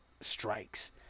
strikes